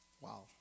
Wow